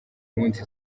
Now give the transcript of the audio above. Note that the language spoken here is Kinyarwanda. munsi